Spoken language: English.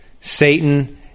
Satan